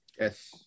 Yes